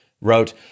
wrote